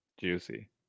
juicy